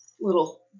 little